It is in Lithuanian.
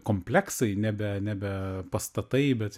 kompleksai nebe nebe pastatai bet